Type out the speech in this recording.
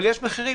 אבל יש מחירים.